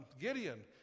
Gideon